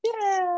Yay